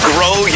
Grow